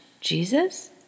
Jesus